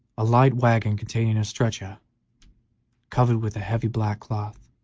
a light wagon containing a stretcher covered with a heavy black cloth,